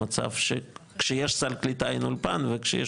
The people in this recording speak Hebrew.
המצב שכשיש סל קליטה אין אולפן וכשיש